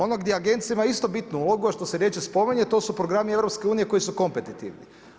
Ono gdje agencija ima isto bitnu ulogu, a što se rjeđe spominje, a to su programi EU koji su kompetitivni.